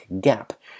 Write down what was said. Gap